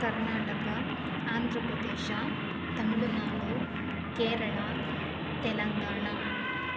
Karnataka Andhra Pradesh Tamil Nadu Kerala Telangana